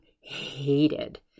hated